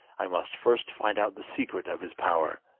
i must first find out the secret of his power,